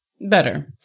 Better